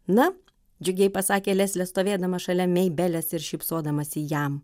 na džiugiai pasakė leslė stovėdama šalia meibelės ir šypsodamasi jam